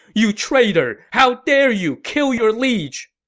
you traitor! how dare you kill your liege!